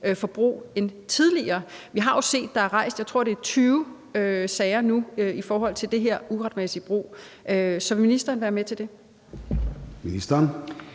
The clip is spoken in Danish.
forbrug end tidligere? Vi har jo set, at der er rejst, jeg tror, det er 20 sager nu i forhold til det her med uretmæssig brug. Så vil ministeren være med til det? Kl.